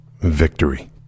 victory